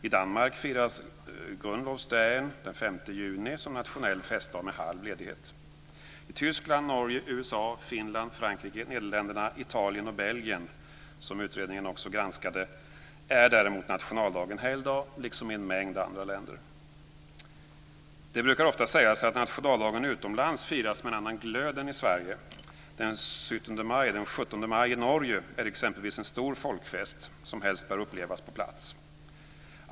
I Danmark firas Frankrike, Nederländerna, Italien och Belgien, som utredningen också granskade, är däremot nationaldagen helgdag liksom i en mängd andra länder. Det brukar ofta sägas att nationaldagen utomlands firas med en annan glöd än i Sverige. Den syttende maj, den 17 maj, i Norge är exempelvis en stor folkfest, som helst bör upplevas på plats.